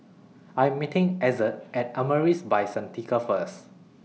I Am meeting Ezzard At Amaris By Santika First